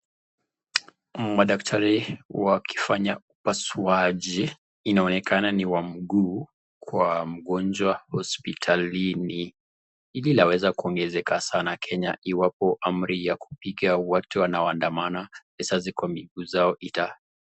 Madaktari wakifanya upasuaji, inaonekana ni wa mguu kwa mgonjwa hosiptalini, hili laweza kuongezeka sana kenya iwapo amri ya kupiga watu wanaoandamana risasi kwa miguu zao ita...